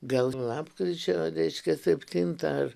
gal lapkričio reiškia septintą ar